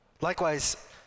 Likewise